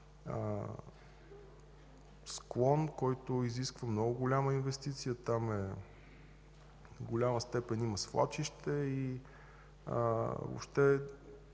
склон, който изисква много голяма инвестиция. Там в голяма степен има свлачище и въобще